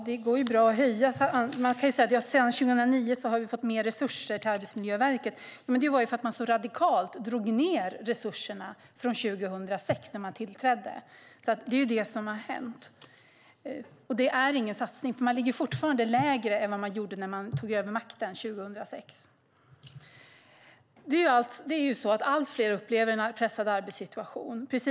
Herr talman! Att vi sedan 2009 har fått mer resurser till Arbetsmiljöverket är för att man så radikalt drog ned resurserna när man tillträdde 2006. Men det är ingen satsning, för det ligger fortfarande lägre än det gjorde när man tog över makten 2006. Allt fler upplever en pressad arbetssituation.